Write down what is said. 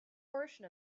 portion